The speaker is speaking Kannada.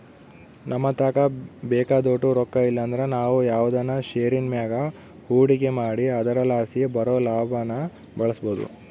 ನಮತಾಕ ಬೇಕಾದೋಟು ರೊಕ್ಕ ಇಲ್ಲಂದ್ರ ನಾವು ಯಾವ್ದನ ಷೇರಿನ್ ಮ್ಯಾಗ ಹೂಡಿಕೆ ಮಾಡಿ ಅದರಲಾಸಿ ಬರೋ ಲಾಭಾನ ಬಳಸ್ಬೋದು